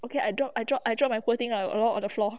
okay I drop I drop drop my poor thing lah around on the floor